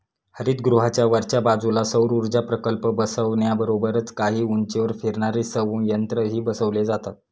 हरितगृहाच्या वरच्या बाजूला सौरऊर्जा प्रकल्प बसवण्याबरोबरच काही उंचीवर फिरणारे संयंत्रही बसवले जातात